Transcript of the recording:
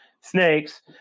snakes